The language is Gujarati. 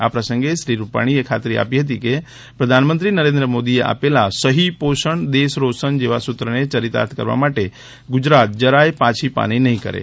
આ પ્રસંગે શ્રી રૂપાણીએ ખાતરી આપી હતીકે પ્રધાનમંત્રી નરેન્દ્ર મોદીએ આપેલા સઠી પોષણ દેશ રોશન જેવા સૂત્રને ચરિતાર્થ કરવા માટે ગુજરાત જરાય પાછી પાની નહી કરે